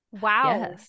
wow